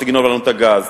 תגנוב לנו את הגז,